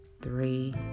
three